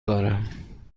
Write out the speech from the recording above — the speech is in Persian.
دارم